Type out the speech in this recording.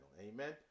Amen